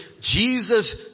Jesus